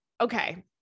Okay